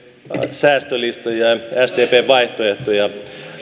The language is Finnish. säästölistoja ja sdpn vaihtoehtoja